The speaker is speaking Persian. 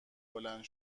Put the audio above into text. بلند